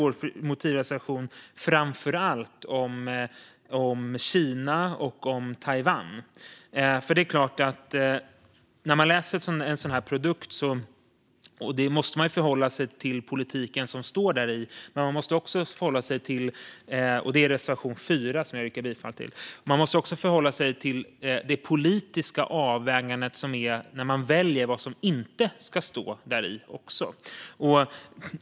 Vår motivreservation handlar framför allt om Kina och Taiwan. Här måste man förhålla sig till den produkt vi har fått ta del av, alltså kommissionens meddelande, och den politik som beskrivs där i. Man måste också förhålla sig till den politiska avvägning som det innebär att välja vad som inte ska stå däri.